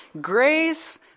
grace